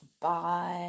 bye